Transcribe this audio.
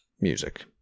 music